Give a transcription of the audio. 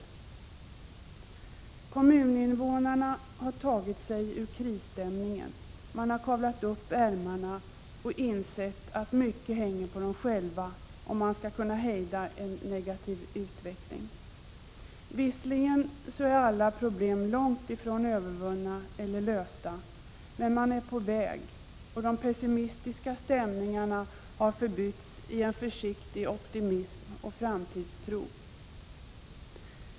Kommuninnevånarna har tagit sig ur krisstämningen, kavlat upp ärmarna och insett att mycket hänger på dem själva om en negativ utveckling skall kunna hejdas. Visserligen är alla problem långt ifrån övervunna eller lösta, men man är på väg. De pessimistiska stämningarna har förbytts i en försiktig optimism och framtidstro.